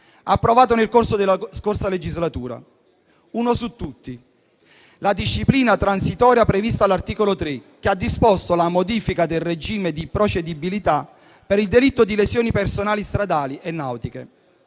approvato nel corso della scorsa legislatura. Ne cito uno su tutti, ovvero la disciplina transitoria prevista all'articolo 3, che ha disposto la modifica del regime di procedibilità per il delitto di lesioni personali stradali e nautiche.